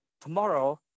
Tomorrow